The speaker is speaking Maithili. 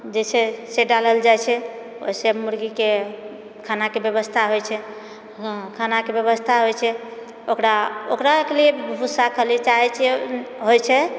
जे छै से डालल जाइत छै ओहिसँ मुर्गीके खानाके व्यवस्था होइत छै हँ खानाके व्यवस्था होइत छै ओकरा ओकराके लिए भुस्सा खली चाहए छिऐ होइत छै